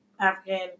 African